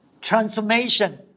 transformation